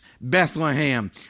Bethlehem